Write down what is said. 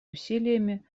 усилиями